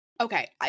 Okay